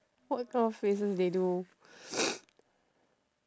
what kind of faces they do